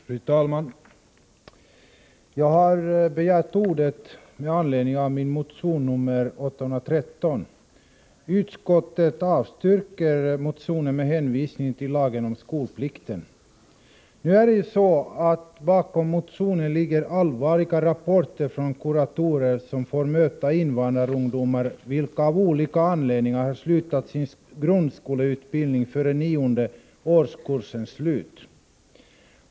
Fru talman! Jag har begärt ordet med anledning av min motion nr 813. Utskottet avstyrker motionen med hänvisning till lagen om skolplikten. Bakom motionen ligger allvarliga rapporter från kuratorer, som får möta invandrarungdomar vilka av olika anledningar har slutat sin grundskoleutbildning före nionde årskursens slut.